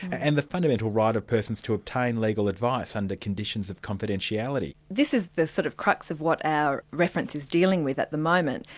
and the fundamental right of persons to obtain legal advice under conditions of confidentiality'. this is the sort of crux of what our reference is dealing with at the moment,